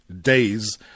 days